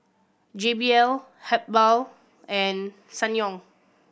J B L Habhal and Sangyong